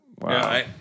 Wow